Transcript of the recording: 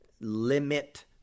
limit